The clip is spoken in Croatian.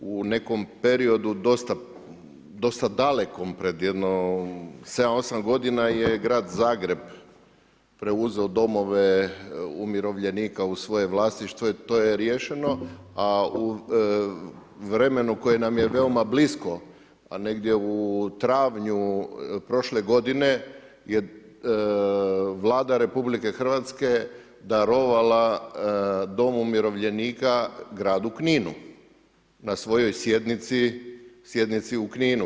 U nekom periodu dosta dalekom pred jedno sedam, osam godina je grad Zagreb preuzeo domove umirovljenika u svoje vlasništvo i to je riješeno, a u vremenu koje nam je veoma blisko, a negdje u travnju prošle godine je Vlada RH darovala dom umirovljenika gradu Kninu na svojoj sjednici u Kninu.